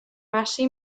marché